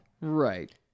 Right